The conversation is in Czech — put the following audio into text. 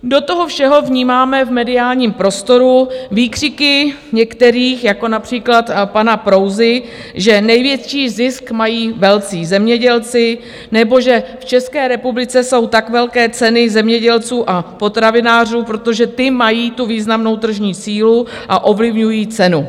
Do toho všeho vnímáme v mediálním prostoru výkřiky některých, jako například pana Prouzy, že největší zisk mají velcí zemědělci, nebo že v České republice jsou tak velké ceny zemědělců a potravinářů, protože ti mají tu významnou tržní sílu a ovlivňují cenu.